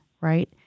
right